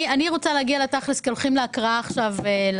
אני רוצה להגיע לתכלס כי הולכים להקראה של התקנה,